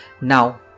Now